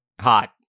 Hot